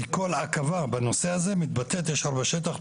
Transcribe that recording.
כי כל עכבה בנושא הזה מתבטאת ישר בשטח.